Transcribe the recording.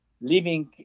living